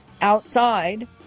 outside